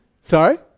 Sorry